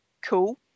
cool